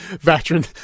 veteran